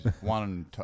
one